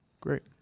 Great